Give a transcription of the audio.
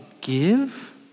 give